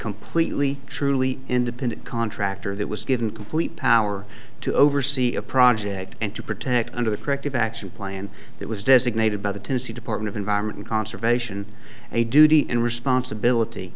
completely truly independent contractor that was given complete power to oversee a project and to protect under the corrective action plan that was designated by the tennessee department of environment and conservation and a duty and responsibility